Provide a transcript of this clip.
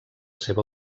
seva